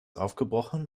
aufgebrochen